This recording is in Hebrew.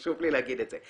חשוב לי להגיד את זה,